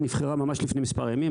נבחרה ממש לפני מספר ימים,